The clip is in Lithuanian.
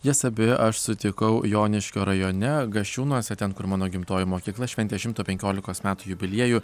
jas abi aš sutikau joniškio rajone gasčiūnuose ten kur mano gimtoji mokykla šventė šimto penkiolikos metų jubiliejų